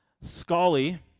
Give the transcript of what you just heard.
Scully